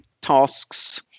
tasks